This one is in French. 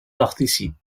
participe